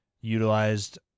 utilized